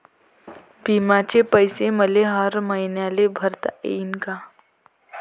बिम्याचे पैसे मले हर मईन्याले भरता येईन का?